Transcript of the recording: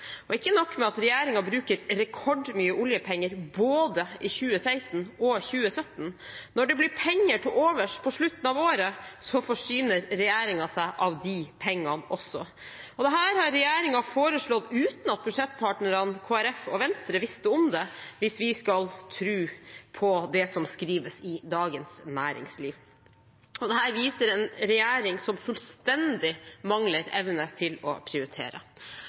Venstre. Ikke nok med at regjeringen bruker rekordmye oljepenger, i både 2016 og 2017, men når det blir penger til overs på slutten av året, forsyner regjeringen seg av de pengene også. Dette har regjeringen foreslått uten at budsjettpartnerne, Kristelig Folkeparti og Venstre, visste om det, hvis vi skal tro på det som skrives i Dagens Næringsliv. Dette viser en regjering som fullstendig mangler evne til å prioritere.